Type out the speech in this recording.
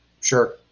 Sure